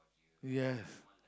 yes